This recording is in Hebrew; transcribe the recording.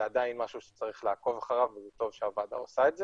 זה עדיין משהו שצריך לעקוב אחריו וטוב שהוועדה עושה את זה.